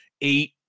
eight